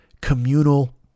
Communal